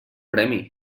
premi